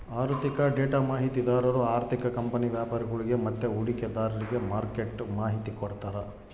ಆಋಥಿಕ ಡೇಟಾ ಮಾಹಿತಿದಾರು ಆರ್ಥಿಕ ಕಂಪನಿ ವ್ಯಾಪರಿಗುಳ್ಗೆ ಮತ್ತೆ ಹೂಡಿಕೆದಾರ್ರಿಗೆ ಮಾರ್ಕೆಟ್ದು ಮಾಹಿತಿ ಕೊಡ್ತಾರ